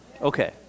Okay